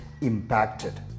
impacted